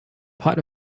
pot